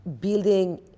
building